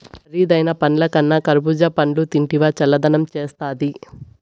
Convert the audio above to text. కరీదైన పండ్లకన్నా కర్బూజా పండ్లు తింటివా చల్లదనం చేస్తాది